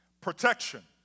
protection